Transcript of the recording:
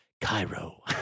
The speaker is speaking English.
Cairo